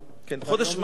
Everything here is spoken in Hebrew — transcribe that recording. בחודש מאי,